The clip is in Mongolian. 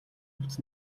хувцас